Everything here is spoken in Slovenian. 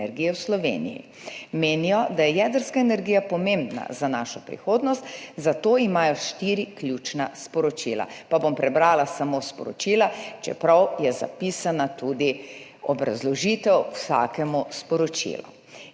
v Sloveniji. Menijo, da je jedrska energija pomembna za našo prihodnost, zato imajo štiri ključna sporočila. Prebrala bom samo sporočila, čeprav je zapisana tudi obrazložitev vsakega sporočila.